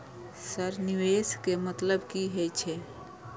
Sir निवेश के मतलब की हे छे?